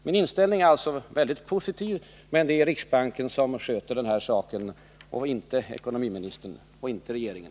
Min inställning är alltså mycket positiv, men det är riksbanken som sköter den här saken och inte ekonomiministern och inte regeringen.